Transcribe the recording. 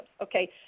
Okay